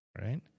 Right